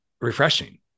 refreshing